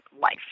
life